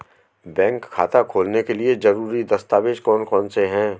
Bank खाता खोलने के लिए ज़रूरी दस्तावेज़ कौन कौनसे हैं?